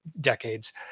decades